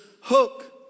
hook